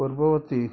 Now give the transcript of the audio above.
ପୂର୍ବବର୍ତ୍ତୀ